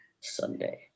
Sunday